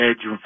edge